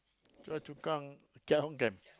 Choa Chu Kang drive home can